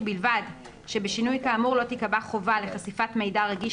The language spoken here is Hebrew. ובלבד שבשינוי כאמור לא תיקבע חובה לחשיפת מידע רגיש